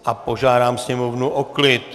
A požádám sněmovnu o klid.